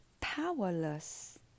powerless